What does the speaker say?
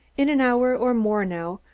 in an hour or more, now,